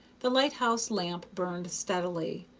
the lighthouse lamp burned steadily,